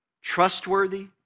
trustworthy